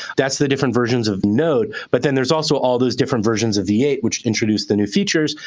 that's the different versions of node. but then there's also all those different versions of v eight, which introduce the new features.